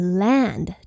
land